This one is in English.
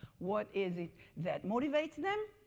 what is it that motivates them,